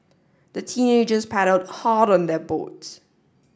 the teenagers paddled hard on their boat